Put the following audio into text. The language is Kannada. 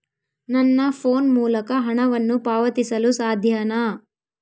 ನನ್ನ ಫೋನ್ ಮೂಲಕ ಹಣವನ್ನು ಪಾವತಿಸಲು ಸಾಧ್ಯನಾ?